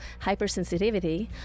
hypersensitivity